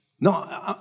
No